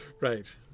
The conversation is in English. Right